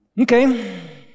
Okay